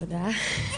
תודה.